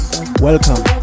Welcome